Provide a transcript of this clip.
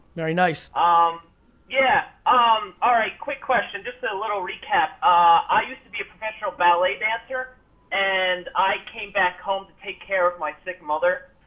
very nice. um yeah um all right quick question, just a little recap. ah i used to be a professional ballet dancer and i came back home to take care of my sick mother.